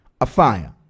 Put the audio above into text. afire